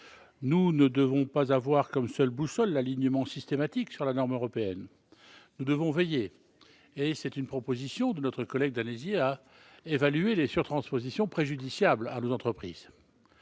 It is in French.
Nous ne devons pas avoir comme seule boussole l'alignement systématique sur la norme européenne. Nous devons veiller, comme le propose notre collègue Danesi, à évaluer les surtranspositions préjudiciables à nos entreprises.